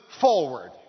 forward